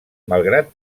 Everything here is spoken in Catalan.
malgrat